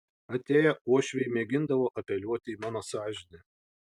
atėję uošviai mėgindavo apeliuoti į mano sąžinę